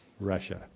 Russia